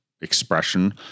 expression